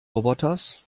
roboters